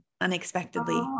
unexpectedly